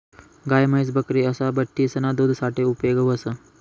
गाय, म्हैस, बकरी असा बठ्ठीसना दूध साठे उपेग व्हस